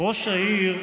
ראש העיר,